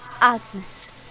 Agnes